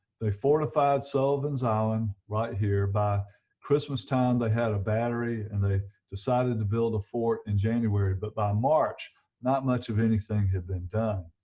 they fortified sullivan's island right here by christmas time they had a battery and they decided to build a fort in january but by march not much of anything had been done.